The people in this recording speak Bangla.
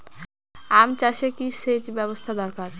আম চাষে কি সেচ ব্যবস্থা দরকার?